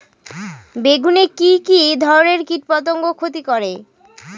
বেগুনে কি কী ধরনের কীটপতঙ্গ ক্ষতি করে?